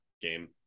game